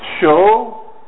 Show